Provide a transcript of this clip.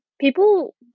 people